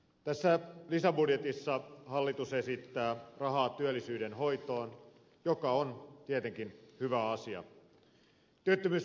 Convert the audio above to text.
tässä lisäbudjetissa hallitus esittää rahaa työllisyyden hoitoon mikä on tietenkin hyvä asia